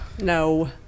No